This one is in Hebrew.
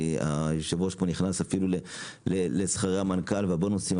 היו"ר פה נכנס אפילו לשכרי המנכ"ל והבונוסים,